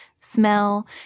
smell